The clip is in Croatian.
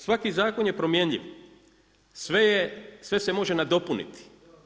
Svaki zakon je promjenjiv, sve se može nadopuniti.